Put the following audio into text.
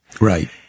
Right